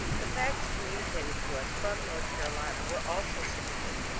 the facts conmiunicated to us from north carolina were also sub mitted.